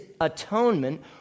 atonement